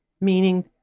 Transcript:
Meaning